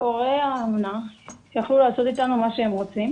הורי האומנה יכלו לעשות איתנו מה שהם רוצים